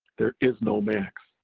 there is no max,